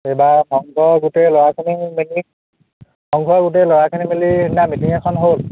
এইবাৰ সংঘৰ গোটেই ল'ৰাখিনি মিলি সংঘৰ গোটেই ল'ৰাখিনি মিলি সিদিনা মিটিং এখন হ'ল